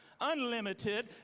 unlimited